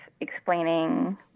explaining